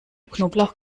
knoblauch